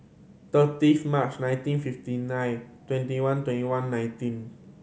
thirtieth March nineteen fifty nine twenty one twenty one nineteen